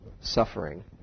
suffering